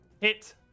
hit